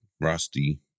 rusty